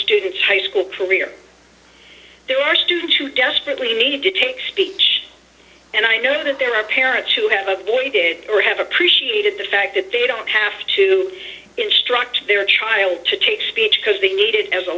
student's high school career there are students who desperately need to take speech and i know that there are parents who have avoided or have appreciated the fact that they don't have to instruct their child to take speech because they need it as a